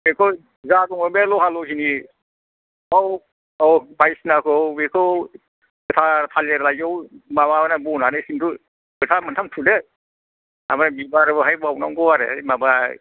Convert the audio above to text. बेखौ जा दङ बे लहा लहिनि औ औ बायदिसिनाखौ बेखौ था थालिर लाइजौ माबा बनानै सिन्दुर फोथा मोन्थाम थुदो आमफाय बिबार बाहाय बावनांगौ आरो ओय माबा